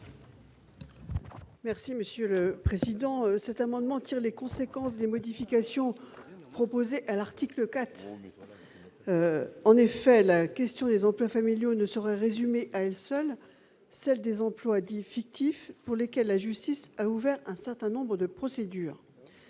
n° 176 rectifié. Cet amendement vise à tirer les conséquences des modifications proposées à l'article 4. En effet, la question des emplois familiaux ne saurait résumer à elle seule celle des emplois dits « fictifs », pour lesquels la justice a ouvert un certain nombre de procédures.